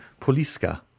Poliska